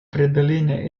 преодоления